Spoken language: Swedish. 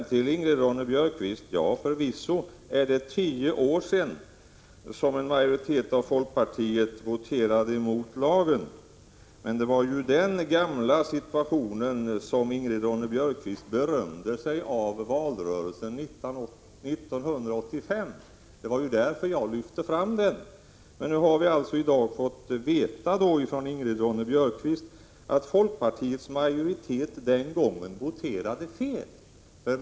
Till Ingrid Ronne-Björkqvist vill jag säga: Förvisso är det tio år sedan en majoritet av folkpartiet voterade emot lagen. Men det var ju den gamla situationen som Ingrid Ronne-Björkqvist berömde sig av i valrörelsen 1985. Det var därför jag lyfte fram detta. Men nu har vi alltså i dag från Ingrid Ronne-Björkqvist fått veta att folkpartiets majoritet den gången voterade fel.